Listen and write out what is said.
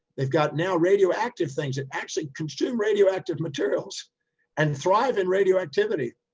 they've got now radioactive things that actually consume radioactive materials and thrive in radioactivity.